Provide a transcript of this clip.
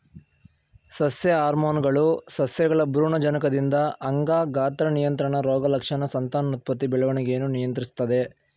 ಸಸ್ಯ ಹಾರ್ಮೋನ್ಗಳು ಸಸ್ಯಗಳ ಭ್ರೂಣಜನಕದಿಂದ ಅಂಗ ಗಾತ್ರ ನಿಯಂತ್ರಣ ರೋಗಲಕ್ಷಣ ಸಂತಾನೋತ್ಪತ್ತಿ ಬೆಳವಣಿಗೆಯನ್ನು ನಿಯಂತ್ರಿಸ್ತದೆ